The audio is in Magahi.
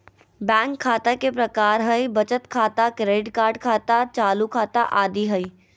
बैंक खता के प्रकार हइ बचत खाता, क्रेडिट कार्ड खाता, चालू खाता आदि हइ